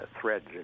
threads